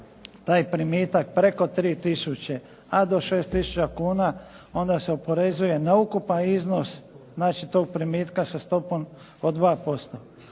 taj primitak preko 3 tisuće a do 6 tisuća kuna onda se oporezuje na ukupan iznos znači tog primitka sa stopom od 2%